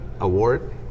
award